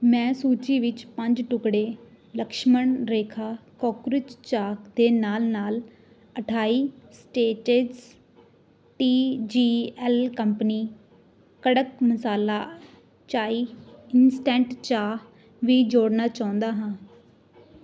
ਮੈਂ ਸੂਚੀ ਵਿੱਚ ਪੰਜ ਟੁਕੜੇ ਲਕਸ਼ਮਣ ਰੇਖਾ ਕਾਕਰੋਚ ਚਾਕ ਦੇ ਨਾਲ ਨਾਲ ਅਠਾਈ ਸਟੇਟੇਜ਼ T G L company Kadak Masala Chai instant ਚਾਹ ਵੀ ਜੋੜਨਾ ਚਾਹੁੰਦਾ ਹਾਂ